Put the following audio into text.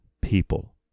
people